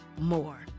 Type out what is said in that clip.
more